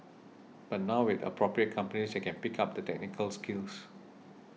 but now with appropriate companies they can pick up the technical skills